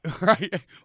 Right